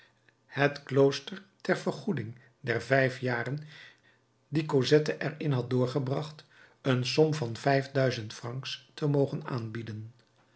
het klooster ter vergoeding der vijf jaren die cosette er in had doorgebracht een som van vijf duizend francs te mogen aanbieden